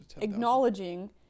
Acknowledging